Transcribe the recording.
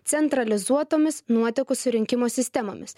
centralizuotomis nuotekų surinkimo sistemomis